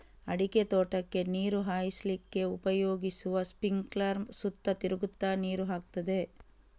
ಅಡಿಕೆ ತೋಟಕ್ಕೆ ನೀರು ಹಾಯಿಸ್ಲಿಕ್ಕೆ ಉಪಯೋಗಿಸುವ ಸ್ಪಿಂಕ್ಲರ್ ಸುತ್ತ ತಿರುಗ್ತಾ ನೀರು ಹಾಕ್ತದೆ